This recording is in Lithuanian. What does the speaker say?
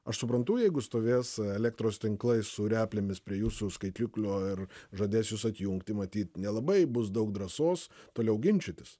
aš suprantu jeigu stovės elektros tinklai su replėmis prie jūsų skaitiklio ir žadės jus atjungti matyt nelabai bus daug drąsos toliau ginčytis